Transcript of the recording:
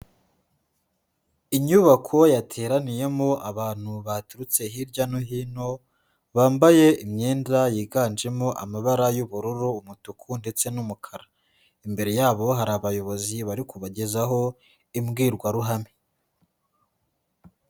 Inyubako yateraniyemo abantu baturutse hirya no hino, bambaye imyenda yiganjemo amabara y'ubururu, umutuku ndetse n'umukara, imbere yabo hari abayobozi bari kubagezaho imbwirwaruhame.